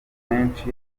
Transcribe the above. menshi